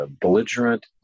belligerent